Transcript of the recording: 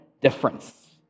difference